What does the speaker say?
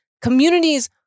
communities